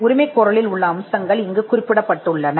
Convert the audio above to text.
உரிமைகோரலின் கூறுகள் இங்கே கைப்பற்றப்பட்டுள்ளன